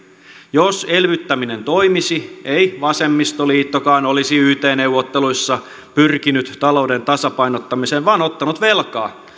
jos elvyttäminen toimisi ei vasemmistoliittokaan olisi yt neuvotteluissa pyrkinyt talouden tasapainottamiseen vaan ottanut velkaa